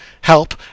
help